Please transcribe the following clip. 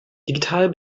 digital